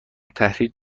التحریر